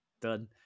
Done